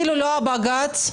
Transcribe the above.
אלמלא הבג"ץ,